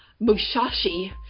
Mushashi